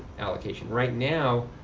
allocation. right now,